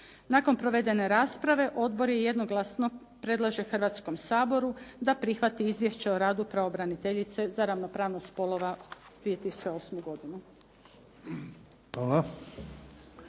Nakon provedene rasprave odbor jednoglasno predlaže Hrvatskom saboru da prihvati izvješće o radu pravobraniteljice za ravnopravnost spolova 2008. godine.